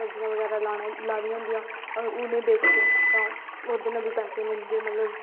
सब्जियां बगैरा लाई दियां होंदियां उनेंगी बेचो तां ओह्दै नै बी पैसे मिलदे न